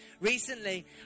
Recently